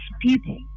people